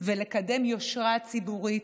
ולקדם יושרה ציבורית,